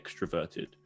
extroverted